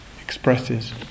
expresses